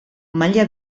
maila